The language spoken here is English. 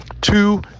Two